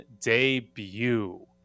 debut